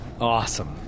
Awesome